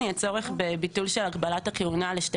היא הצורך בביטול של הגבלת הכהונה לשתי